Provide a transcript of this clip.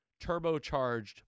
turbocharged